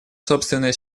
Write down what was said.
собственное